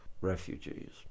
refugees